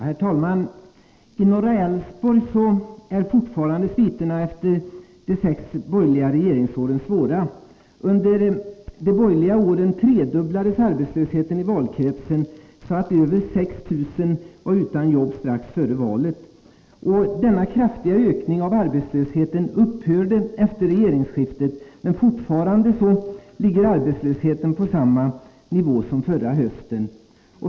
Herr talman! I norra Älvsborg är fortfarande sviterna efter de sex borgerliga regeringsåren svåra. Under de borgerliga åren tredubblades arbetslösheten i valkretsen, så att över 6 000 människor var utan arbete strax före valet. Denna kraftiga ökning av arbetslösheten upphörde efter regeringsskiftet, men fortfarande ligger arbetslösheten på samma nivå som förra hösten.